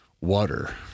water